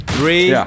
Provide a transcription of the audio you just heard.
Three